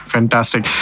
Fantastic